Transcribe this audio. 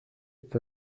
est